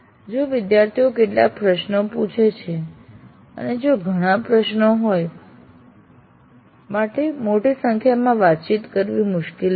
જો વિદ્યાર્થીઓ કેટલાક પ્રશ્નો પૂછે છે અને જો ઘણા પ્રશ્નો હોય તો શિક્ષક માટે મોટી સંખ્યામાં વાતચીત કરવી મુશ્કેલ બનશે